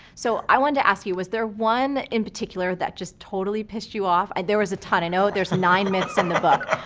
so i wanted to ask you, was there one in particular that just totally pissed you off? there was a ton. i know there's nine myths in the book.